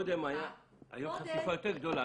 אבל קודם הייתה חפיפה יותר גדולה,